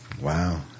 Wow